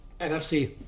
NFC